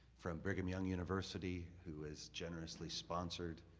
from brigham young university who has generously sponsored